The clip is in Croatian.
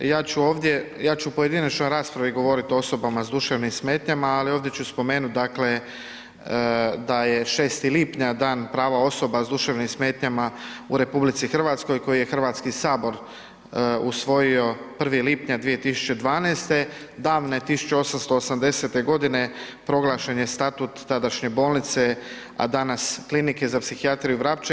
Ja ću ovdje, ja ću u pojedinačnoj raspravi govoriti o osobama sa duševnim smetnjama ali ovdje ću spomenuti dakle da je 6. lipnja Dan prava osoba sa duševnim smetnjama u RH koji je Hrvatski sabor usvojio 1. lipnja 2012., davne 1880. godine proglašen je statut tadašnje bolnice a danas Klinike za psihijatriju Vrapče.